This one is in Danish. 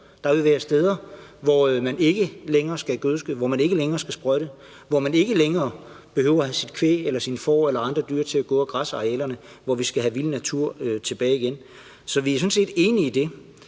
Der vil være steder, hvor man ikke længere skal gødske, hvor man ikke længere skal sprøjte, hvor man ikke længere behøver at have sit kvæg, sine får eller andre dyr til at gå og græsse arealerne; hvor vi skal have vild natur tilbage igen. Så vi er sådan set enige i det;